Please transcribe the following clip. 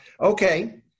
okay